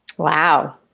wow.